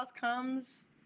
comes